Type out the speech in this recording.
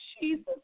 Jesus